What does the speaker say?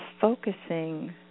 focusing